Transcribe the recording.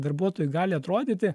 darbuotojui gali atrodyti